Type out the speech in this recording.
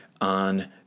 on